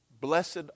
Blessed